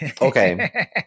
Okay